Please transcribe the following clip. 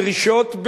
הדרישות,